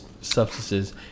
substances